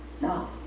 No